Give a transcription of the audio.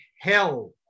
hell